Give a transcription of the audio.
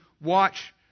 watch